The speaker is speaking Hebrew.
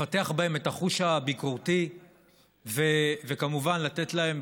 לפתח בהם את החוש הביקורתי וכמובן לתת להם,